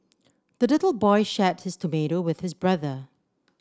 the little boy shared his tomato with his brother